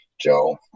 Joe